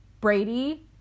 Brady